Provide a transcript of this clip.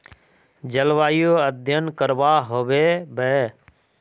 जलवायु अध्यन करवा होबे बे?